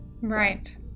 Right